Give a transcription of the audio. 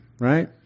right